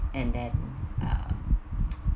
and then uh